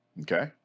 Okay